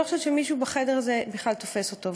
חושבת שמישהו בחדר הזה בכלל תופס אותו.